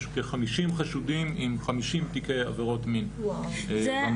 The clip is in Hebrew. יש כ-50 חשודים עם 50 תיקי עבירות מין ומעלה.